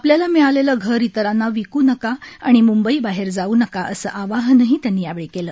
आपल्याला मिळालेलं घर इतरांना विक् नका आणि म्ंबई बाहेर जाऊ नका असं आवाहनही त्यांनी यावेळी केलं